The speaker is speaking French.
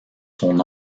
son